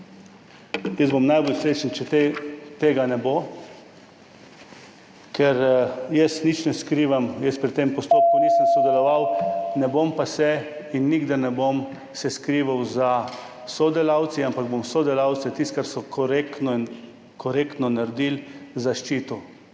jaz bom najbolj srečen, če tega ne bo, ker jaz nič ne skrivam, jaz pri tem postopku nisem sodeloval, ne bom pa se in nikdar se ne bom skrival za sodelavci, ampak bom sodelavce za tisto, kar so korektno naredili, zaščitil.